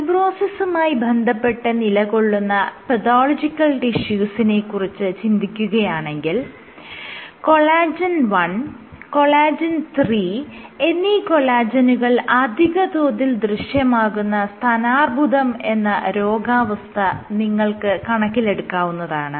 ഫൈബ്രോസിസുമായി ബന്ധപ്പെട്ട് നിലകൊള്ളുന്ന പതോളജിക്കൽ ടിഷ്യൂസിനെ കുറിച്ച് ചിന്തിക്കുകയാണെങ്കിൽ col 1 3 എന്നീ കൊളാജെനുകൾ അധികതോതിൽ ദൃശ്യമാകുന്ന സ്തനാർബുദം എന്ന രോഗാവസ്ഥ നിങ്ങൾക്ക് കണക്കിലെടുക്കാവുന്നതാണ്